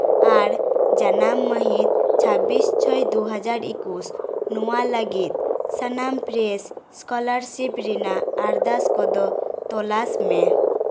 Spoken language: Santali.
ᱟᱨ ᱡᱟᱱᱟᱢ ᱢᱟᱹᱦᱤᱛ ᱪᱷᱟᱵᱽᱵᱤᱥ ᱪᱷᱚᱭ ᱫᱩᱦᱟᱡᱟᱨ ᱮᱠᱩᱥ ᱱᱚᱣᱟ ᱞᱟᱹᱜᱤᱫ ᱥᱟᱱᱟᱢ ᱯᱷᱨᱮᱹᱥ ᱥᱠᱚᱞᱟᱨᱥᱤᱯ ᱨᱮᱱᱟᱜ ᱟᱨᱫᱟᱥ ᱠᱚᱫᱚ ᱛᱚᱞᱟᱥ ᱢᱮ